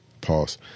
pause